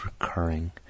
recurring